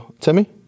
Timmy